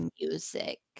music